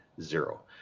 zero